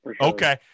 okay